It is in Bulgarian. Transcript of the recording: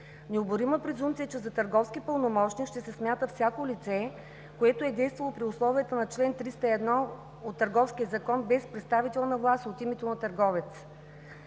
необорима презумпция, че за търговски пълномощник ще се смята всяко лице, действало при условията на чл. 301 от Търговския закон без представителна власт от името на търговец.